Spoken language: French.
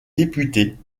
députés